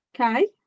okay